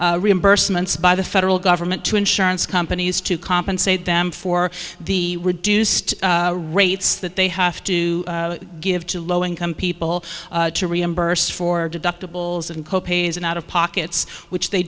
n reimbursements by the federal government to insurance companies to compensate them for the reduced rates that they have to give to low income people to reimburse for deductibles and co pays and out of pockets which they